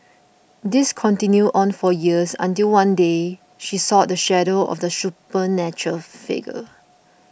this continued on for years until one day she saw the shadow of the supernatural figure